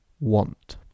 want